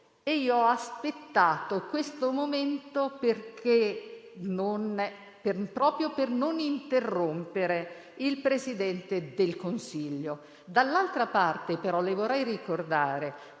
Io ho aspettato questo momento proprio per non interrompere il Presidente del Consiglio. Dall'altra parte, però, le vorrei ricordare